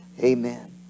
Amen